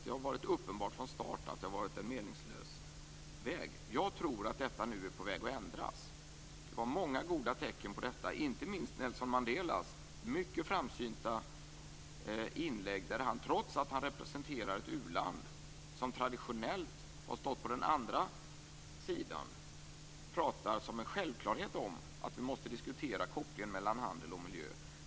Det har varit uppenbart från start att det har varit en meningslös väg. Jag tror att detta nu är på väg att ändras. Det var många goda tecken på detta, inte minst Nelson Mandelas mycket framsynta inlägg. Trots att han representerar ett u-land som traditionellt har stått på den andra sidan pratar han som en självklarhet om att vi måste diskutera kopplingen mellan handel och miljö.